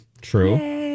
True